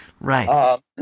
right